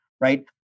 Right